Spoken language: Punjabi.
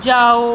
ਜਾਓ